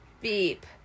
beep